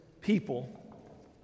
people